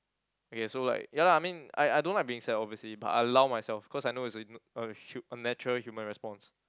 okay so like ya lah I mean I I don't like being sad obviously but I allow myself cause I know is n~ a hu~ a natural human response